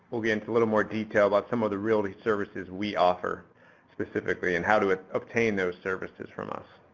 we'll get into a little more detail about some of the realty services we offer specifically, and how to obtain those services from us.